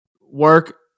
work